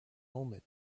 omen